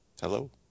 hello